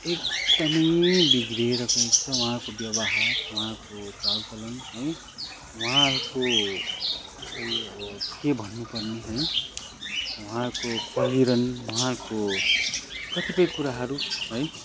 एकदमै बिग्रिएर गएको छ उहाँहरूको व्यवहार उहाँको चालचलन है वहाँहरूको खोइ अब के भन्नुपर्ने है उहाँहरूको पहिरन वहाँहरूको कतिपय कुराहरू है